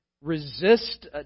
resist